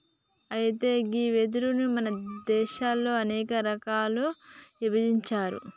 అయితే గీ వెదురును మన దేసంలో అనేక రకాలుగా ఇభజించారు